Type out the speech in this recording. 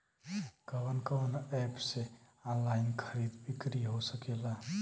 कवन कवन एप से ऑनलाइन खरीद बिक्री हो सकेला?